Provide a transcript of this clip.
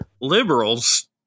liberals